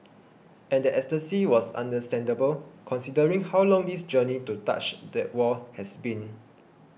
and that ecstasy was understandable considering how long this journey to touch that wall has been